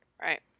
right